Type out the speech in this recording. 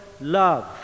love